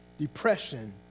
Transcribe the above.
depression